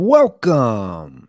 Welcome